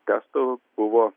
testų buvo